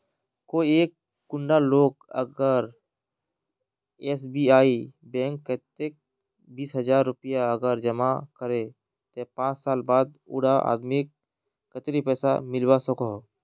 कोई एक कुंडा लोग अगर एस.बी.आई बैंक कतेक बीस हजार रुपया अगर जमा करो ते पाँच साल बाद उडा आदमीक कतेरी पैसा मिलवा सकोहो?